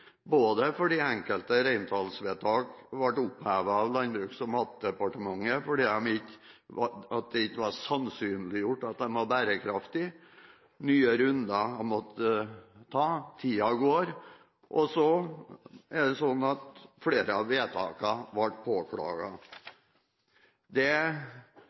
både fordi enkelte reintallsvedtak ble opphevet av Landbruks- og matdepartementet fordi det ikke var sannsynliggjort at de var bærekraftige – nye runder har en måttet ta, og tiden går – og fordi flere av vedtakene ble påklaget. Det